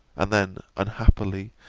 and then unhappily,